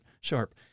sharp